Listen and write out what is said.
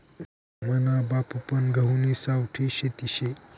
मना बापपन गहुनी सावठी खेती शे